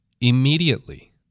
immediately